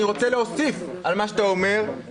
אני רוצה להוסיף על מה שאתה אומר,